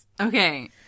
Okay